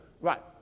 Right